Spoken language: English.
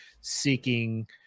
seeking